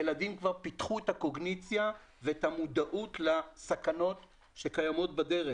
ילדים כבר פיתחו את הקוגניציה ואת המודעות לסכנות שקיימות בדרך